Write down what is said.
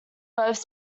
both